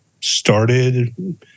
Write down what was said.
started